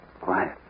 Quiet